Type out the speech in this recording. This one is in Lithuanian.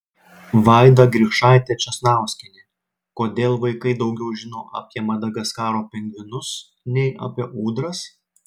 vaida grikšaitė česnauskienė kodėl vaikai daugiau žino apie madagaskaro pingvinus nei apie ūdras